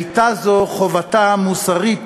הייתה זו חובתה המוסרית